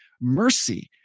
mercy